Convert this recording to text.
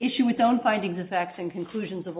issue we don't finding the facts and conclusions of